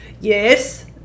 yes